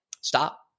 stop